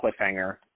cliffhanger